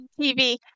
TV